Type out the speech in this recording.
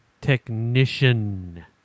technician